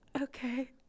Okay